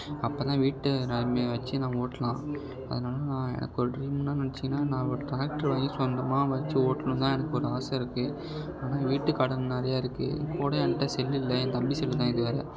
அப்போ தான் வீட்டு நிலமைய வச்சு நான் ஓட்டலாம் அதனாலே நான் எனக்கு ஒரு ட்ரீம்னு நெனைச்சீங்கன்னா நான் ஒரு ட்ராக்ட்ரு வாங்கி சொந்தமாக வச்சு ஓட்டணுன்னு தான் எனக்கு ஒரு ஆசை இருக்குது ஆனால் வீட்டு கடன் நிறையா இருக்குது இப்போ கூட என்ட்ட செல்லு இல்லை என் தம்பி செல்லு தான் இது வேறு